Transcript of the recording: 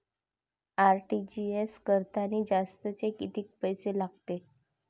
RTGS करतांनी जास्तचे कितीक पैसे लागते?